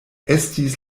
estis